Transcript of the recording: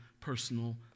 personal